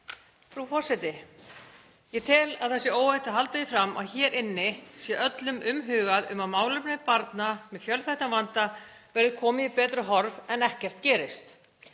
Frú forseti. Ég tel að það sé óhætt að halda því fram að hér inni sé öllum umhugað um að málefnum barna með fjölþættan vanda verði komið í betra horf en ekkert gerist.